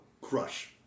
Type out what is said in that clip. crush